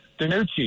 Danucci